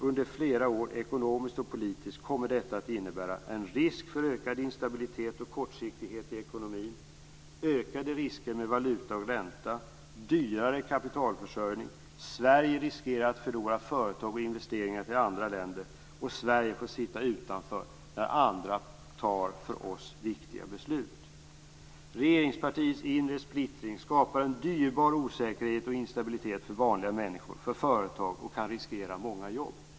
Under flera år kommer detta, ekonomiskt och politiskt, att innebära en risk för ökad instabilitet och kortsiktighet i ekonomin, ökade risker med valuta och ränta samt dyrare kapitalförsörjning. Sverige riskerar att förlora företag och investeringar till andra länder och får sitta utanför när andra fattar för oss viktiga beslut. Regeringspartiets inre splittring skapar en dyrbar osäkerhet och instabilitet för vanliga människor och för företag, och den kan riskera många jobb.